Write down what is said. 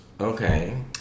Okay